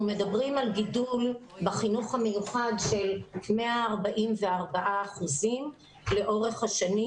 מדברים על גידול בחינוך המיוחד של 144 אחוזים לאורך השנים.